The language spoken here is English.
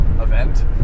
Event